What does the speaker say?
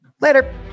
Later